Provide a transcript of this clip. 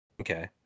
Okay